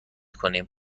کنیم